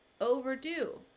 overdue